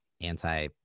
anti